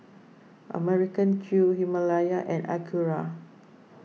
American Crew Himalaya and Acura